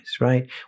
right